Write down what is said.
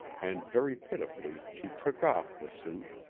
and very pitifully she took off the suit,